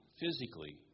physically